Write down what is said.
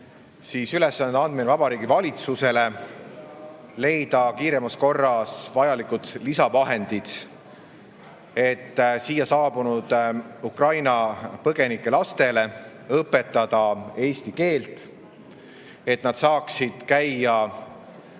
ülesande andmine Vabariigi Valitsusele leida kiiremas korras vajalikud lisavahendid, et siia saabunud Ukraina põgenike lastele õpetada eesti keelt, et nad saaksid käia